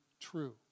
true